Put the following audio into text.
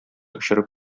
очырып